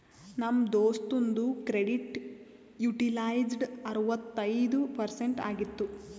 ನಮ್ ದೋಸ್ತುಂದು credit utilized ಅರವತ್ತೈಯ್ದ ಪರ್ಸೆಂಟ್ ಆಗಿತ್ತು